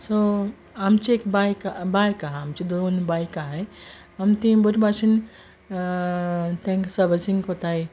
so आमची एक बायक बायक आसा आमची दोन बायक आहाय आनी ती बरी बाशेन तेंकां सर्विसींग कोताय